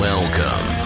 Welcome